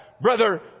Brother